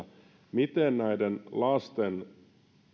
miten näiden lasten